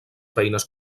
feines